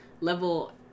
level